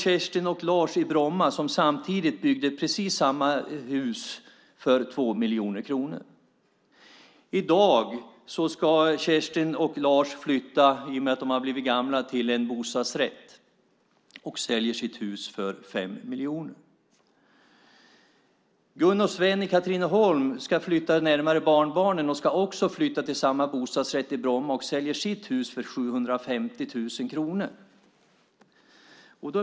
Kerstin och Lars bor i Bromma och byggde samtidigt ett precis likadant hus, också det för 2 miljoner kronor. I dag ska Kerstin och Lars flytta till en bostadsrätt i Bromma eftersom de blivit gamla. De säljer sitt hus för 5 miljoner. Gun och Sven i Katrineholm ska flytta närmare barnbarnen. De flyttar till en likadan bostadsrätt i Bromma och säljer sitt hus för 750 000 kronor.